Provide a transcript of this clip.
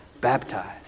baptized